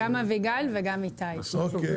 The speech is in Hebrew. גם אביגיל וגם איתי עשו עבודה מעולה.